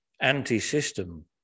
anti-system